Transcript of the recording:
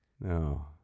No